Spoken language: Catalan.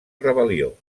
rebel·lió